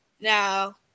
now